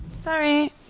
Sorry